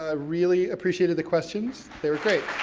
ah really appreciated the questions, they were great.